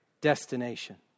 destination